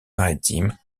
maritime